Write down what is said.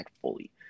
fully